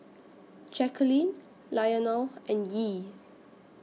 Jacalyn Lionel and Yee